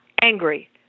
angry